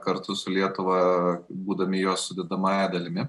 kartu su lietuva būdami jo sudedamąja dalimi